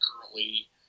currently